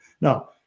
Now